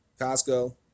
Costco